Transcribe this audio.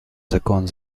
закон